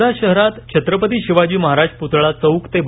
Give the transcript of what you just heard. वर्धा शहरात छत्रपती शिवाजी महाराज पुतळा चौक ते डॉ